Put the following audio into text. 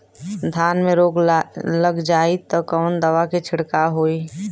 धान में रोग लग जाईत कवन दवा क छिड़काव होई?